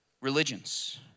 religions